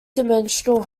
dimensional